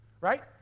right